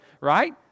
right